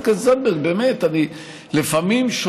חברת הכנסת זנדברג,